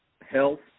Health